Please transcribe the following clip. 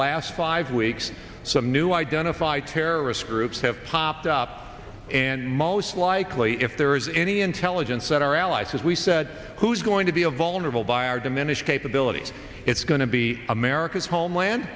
last five weeks some new identify terrorist groups have popped up and most likely if there is any intelligence that our allies as we said who's going to be a vulnerable by our diminished capability it's going to be america's home